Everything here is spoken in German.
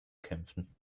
kämpfen